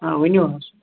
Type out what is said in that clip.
آ ؤنِو حظ